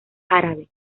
árabe